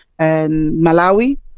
Malawi